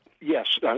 Yes